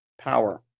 power